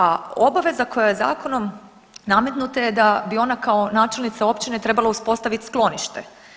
A obaveza koja je zakonom nametnuta je da bi ona kao načelnica općine trebala uspostaviti sklonište.